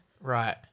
right